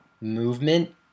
movement